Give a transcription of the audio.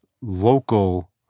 local